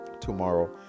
tomorrow